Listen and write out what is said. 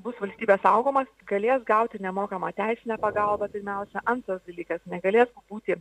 bus valstybės saugomas galės gauti nemokamą teisinę pagalbą pirmiausia antras dalykas negalės būti